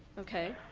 okay.